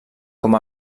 com